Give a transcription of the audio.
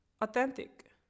authentic